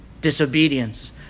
disobedience